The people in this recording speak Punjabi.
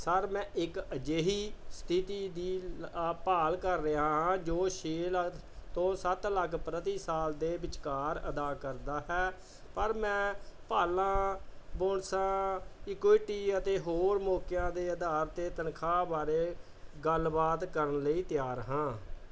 ਸਰ ਮੈਂ ਇੱਕ ਅਜਿਹੀ ਸਥਿਤੀ ਦੀ ਅ ਭਾਲ ਕਰ ਰਿਹਾ ਹਾਂ ਜੋ ਛੇ ਲੱਗ ਤੋਂ ਸੱਤ ਲੱਖ ਪ੍ਰਤੀ ਸਾਲ ਦੇ ਵਿਚਕਾਰ ਅਦਾ ਕਰਦਾ ਹੈ ਪਰ ਮੈਂ ਭਾਲਾਂ ਬੋਨਸਾਂ ਇਕੁਇਟੀ ਅਤੇ ਹੋਰ ਮੌਕਿਆਂ ਦੇ ਅਧਾਰ 'ਤੇ ਤਨਖਾਹ ਬਾਰੇ ਗੱਲਬਾਤ ਕਰਨ ਲਈ ਤਿਆਰ ਹਾਂ